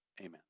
amen